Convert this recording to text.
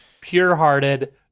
pure-hearted